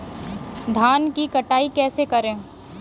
धान की कटाई कैसे करें?